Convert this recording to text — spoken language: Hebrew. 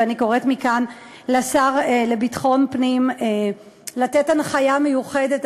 ואני קוראת מכאן לשר לביטחון פנים לתת הנחיה מיוחדת,